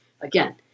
again